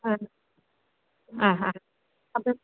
ആ ആഹാ അത്